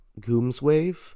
goomswave